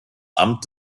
amt